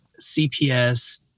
CPS